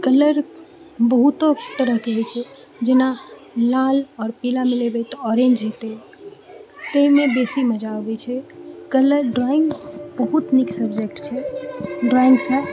colour बहुतो तरहके होइ छै जेना लाल आओर पीला मिलेबै तऽ ऑरेन्ज हेतै ताहिमे बेसी मजा अबै छै कलर ड्रॉइंग बहुत नीक सब्जेक्ट छै ड्रॉइंगसँ